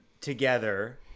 together